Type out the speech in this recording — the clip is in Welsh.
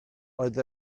oedd